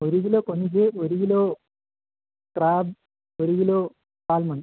ഒരു കിലോ കൊഞ്ച് ഒരു കിലോ ക്രാബ് ഒരു കിലോ സാൽമൺ